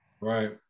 Right